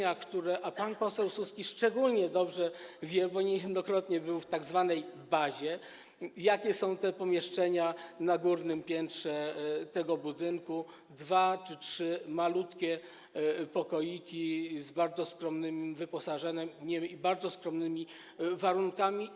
A pan poseł Suski szczególnie dobrze wie, bo niejednokrotnie był w tzw. bazie, jakie są te pomieszczenia na górnym piętrze tego budynku: dwa czy trzy malutkie pokoiki z bardzo skromnym wyposażeniem, bardzo skromne warunki.